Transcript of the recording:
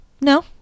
no